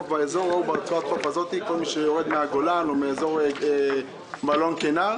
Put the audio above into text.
לאותה רצועת חוף מגיע כל מי שיורד מן הגולן או מאזור מלון קינר,